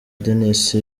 denis